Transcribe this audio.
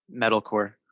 metalcore